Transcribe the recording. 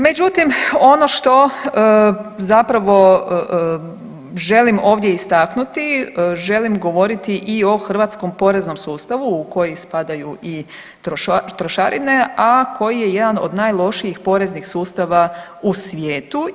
Međutim, ono što zapravo želim ovdje istaknuti, želim govoriti i o Hrvatskom poreznom sustavu u koji spadaju i trošarine, a koji je jedan od najlošijih poreznih sustava u svijetu.